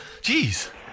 Jeez